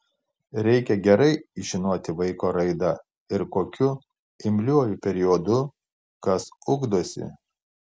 reikia gerai žinoti vaiko raidą ir kokiu imliuoju periodu kas ugdosi